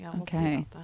Okay